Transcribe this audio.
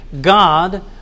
God